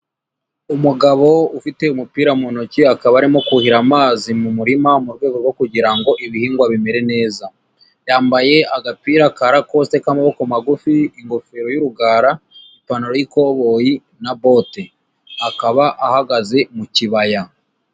Umugabo ufite umupira mu ntoki akaba arimo kuhira amazi mu murima mu rwego rwo kugira ngo ibihingwa bimere neza. Yambaye agapira ka rakosite k'amaboko magufi, ingofero y'urugara, ipantaro y'ikoboyi na bote akaba ahagaze mu kibaya.